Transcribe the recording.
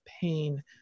pain